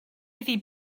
iddi